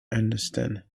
understand